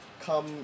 come